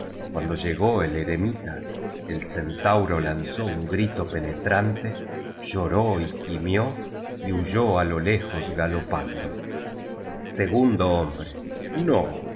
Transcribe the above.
cuando llegó el eremita el centauro lanzó un grito penetran te lloró y gimió y huyó á lo lejos galopando segundo hombre no era